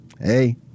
hey